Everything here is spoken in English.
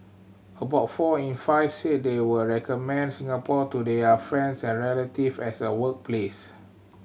about four in five said they would recommend Singapore to their friends and relative as a workplace